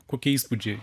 kokie įspūdžiai